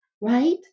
right